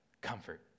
comfort